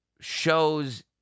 shows